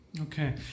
Okay